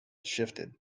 shifted